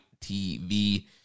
TV